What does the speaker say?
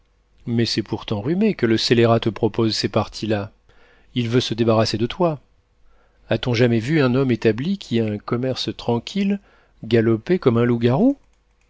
mais c'est pour t'enrhumer que le scélérat te propose ces parties là il veut se débarrasser de toi a-t-on jamais vu un homme établi qui a un commerce tranquille galoper comme un loup-garou